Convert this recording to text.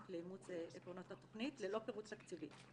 לאימוץ עקרונות התכנית ללא פירוט תקציבי.